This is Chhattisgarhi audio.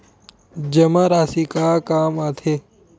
जमा राशि का काम आथे?